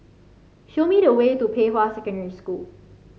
show me the way to Pei Hwa Secondary School